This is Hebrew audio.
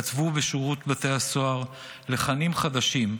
כתבו בשירות בתי הסוהר לחנים חדשים,